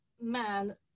men